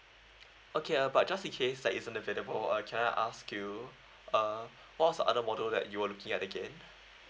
okay uh but just in case that isn't available uh can I ask you uh what was the other model that you were looking at again